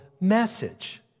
message